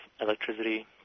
electricity